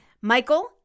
Michael